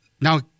Now